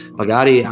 magari